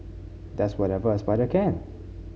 does whatever a spider can